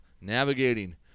navigating